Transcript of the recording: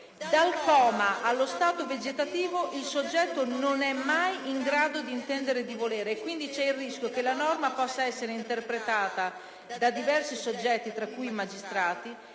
dal coma allo stato vegetativo il soggetto non è mai in grado di intendere e di volere. C'è quindi il rischio che la norma possa essere interpretata da diversi soggetti (tra cui i magistrati)